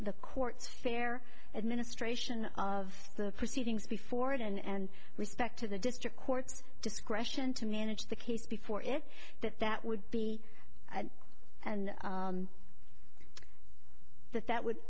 the courts fair administration of the proceedings before it and respect to the district courts discretion to manage the case before it that that would be an that that would